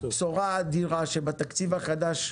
בשורה אדירה, שתקציב החדש,